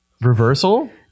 reversal